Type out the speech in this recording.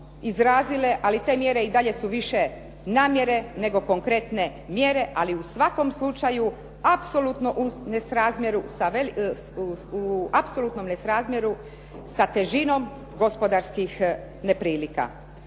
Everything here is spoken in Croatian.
izrazile. Ali te mjere i dalje su više namjere, nego konkretne mjere. Ali u svakom slučaju u svakom apsolutnom nerazmjeru sa težinom gospodarskih neprilika.